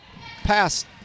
pass